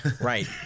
Right